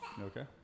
okay